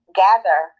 gather